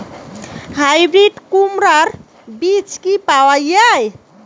Hybrid কুমড়ার বীজ কি পাওয়া য়ায়?